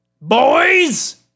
Boys